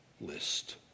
list